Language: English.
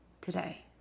today